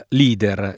leader